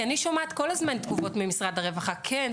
כי אני שומעת כל הזמן תגובות ממשרד הרווחה: כן,